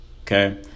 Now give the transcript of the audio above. Okay